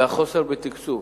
והחוסר בתקצוב.